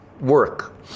work